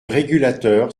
régulateur